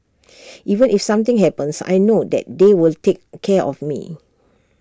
even if something happens I know that they will take care of me